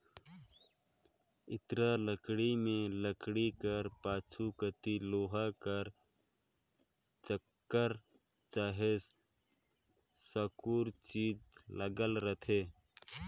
इरता लाठी मे लाठी कर पाछू कती लोहा कर चाकर चहे साकुर चीज लगल रहथे